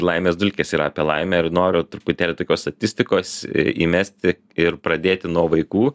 laimės dulkės ir apie laimę ir noriu truputėlį tokios statistikos įmesti ir pradėti nuo vaikų